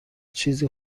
چیزی